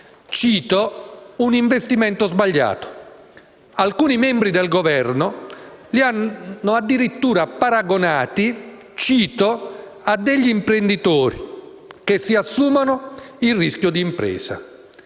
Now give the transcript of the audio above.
di «un investimento sbagliato». Alcuni membri del Governo li hanno addirittura paragonati a degli «imprenditori che si assumono il rischio di impresa».